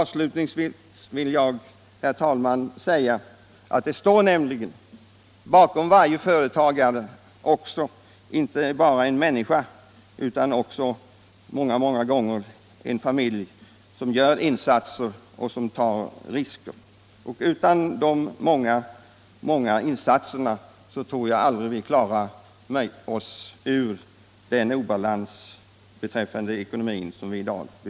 Avslutningsvis vill jag säga att jag tror det är nyttigt att beakta, att bakom ett företag står också en människa — kanske flera - med familjer som gör goda insatser och tar stora risker. Utan de många insatserna tror jag aldrig att vi klarar oss ur den ekonomiska obalans som vi nu har hamnat i.